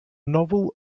novel